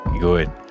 good